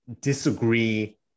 disagree